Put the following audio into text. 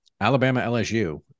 Alabama-LSU